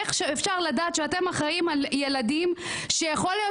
איך אתם אחראים על ילדים שיכול להיות